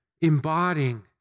embodying